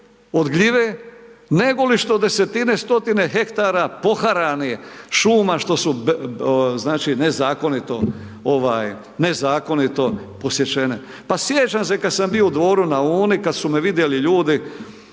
od gljive nego li što desetine, stotine hektara poharanih šuma što su nezakonito znači nezakonito, ovaj nezakonito posječene. Pa sjećam se kad sam bio u Dvoru na Uni, kad su me vidjeli ljudi